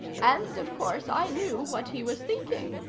and, of course, i knew what he was thinking.